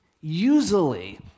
Usually